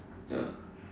ya